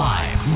Live